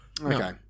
Okay